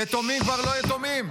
יתומים כבר לא יתומים.